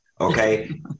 Okay